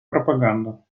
пропаганда